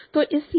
तो इसीलिए